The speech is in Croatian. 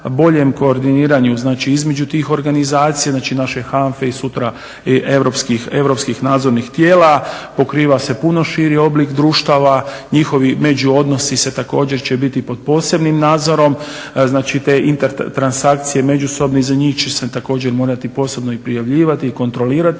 boljem koordiniranju znači između tih organizacija, znači naše HANFE i sutra, i europskih nadzornih tijela. Pokriva se puno širi oblik društava, njihovi međuodnosi se također će biti pod posebnim nadzorom. Znači te intertransakcije međusobno iza njih će se također morati posebno i prijavljivati i kontrolirati